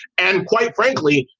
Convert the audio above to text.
and quite frankly,